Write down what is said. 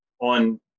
on